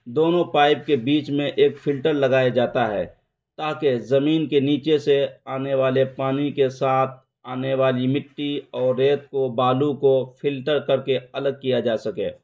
دونوں پائپ کے بیچ میں ایک فلٹر لگایا جاتا ہے تاکہ زمین کے نیچے سے آنے والے پانی کے ساتھ آنے والی مٹی اور ریت کو بالو کو فلٹر کر کے الگ کیا جا سکے